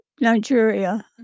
Nigeria